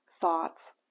thoughts